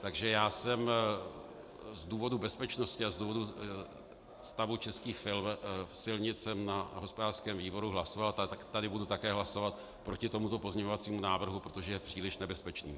Takže já jsem z důvodu bezpečnosti a z důvodu stavu českých silnic na hospodářském výboru hlasoval a tady budu také hlasovat proti tomuto pozměňovacímu návrhu, protože je příliš nebezpečný.